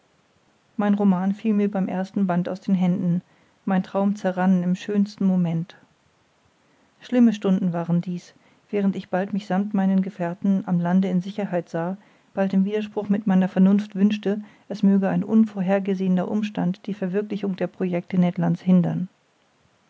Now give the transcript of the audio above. mein roman fiel mir beim ersten band aus den händen mein traum zerrann im schönsten moment schlimme stunden waren dies während ich bald mich sammt meinen gefährten am lande in sicherheit sah bald im widerspruch mit meiner vernunft wünschte es möge ein unvorhergesehener umstand die verwirklichung der projecte ned lands hindern